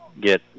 get